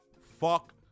fuck